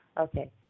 Okay